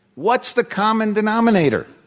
what's the common denominator?